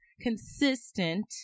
consistent